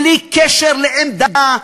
בלי קשר לעמדה,